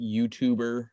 YouTuber